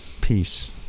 Peace